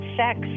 sex